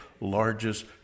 largest